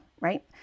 right